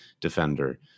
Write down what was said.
defender